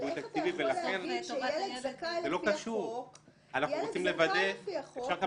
איך אתה יכול לומר שילד זכאי לפי החוק ואין גיבוי תקציבי?